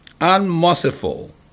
Unmerciful